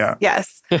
yes